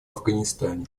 афганистане